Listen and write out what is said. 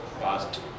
past